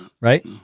right